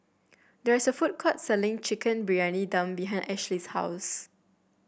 there is a food court selling Chicken Briyani Dum behind Ashlee's house